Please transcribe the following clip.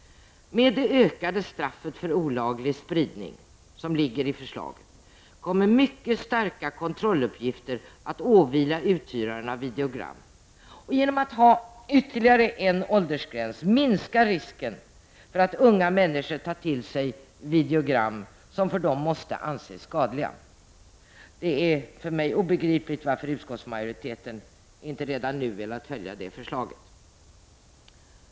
Med det ökade straffet för olaglig spridning som ligger i förslaget kommer mycket starka kontrolluppgifter att åvila uthyraren av videogram, och genom att ha ytterligare en åldersgräns minskar risken för att unga människor tar till sig videogram som för dem måste anses skadliga. Det är obegripligt varför utskottsmajoriteten inte redan nu velat följa detta förslag.